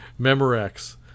Memorex